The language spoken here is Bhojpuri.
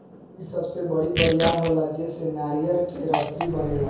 इ सबसे बड़ी बरियार होला जेसे नारियर के रसरी बनेला